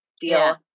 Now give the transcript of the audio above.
deal